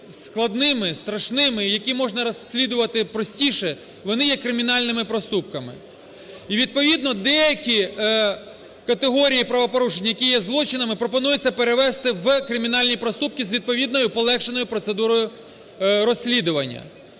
складними, страшними, які можна розслідувати простіше, вони є кримінальними проступками. І відповідно деякі категорії правопорушень, які є злочинами, пропонується перевести в кримінальні проступки з відповідною полегшеною процедурою розслідування.